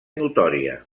notòria